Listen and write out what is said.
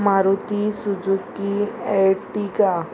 Maruti Suzuki Ertiga